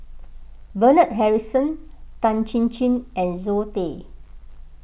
Bernard Harrison Tan Chin Chin and Zoe Tay